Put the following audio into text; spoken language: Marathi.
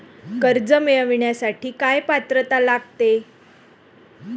कर्ज मिळवण्यासाठी काय पात्रता लागेल?